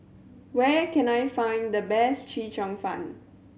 where can I find the best Chee Cheong Fun